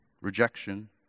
rejection